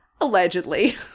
allegedly